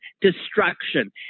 destruction